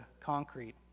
concrete